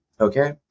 okay